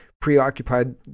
preoccupied